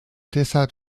deshalb